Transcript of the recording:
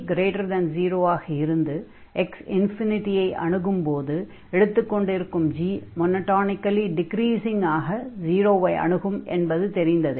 p0 ஆக இருந்து x ஐ அணுகும்போது எடுத்துக் கொண்டிருக்கும் g மொனொடானிகலி டிக்ரீஸிங்காக 0 ஐ அணுகும் என்பது தெரிந்ததே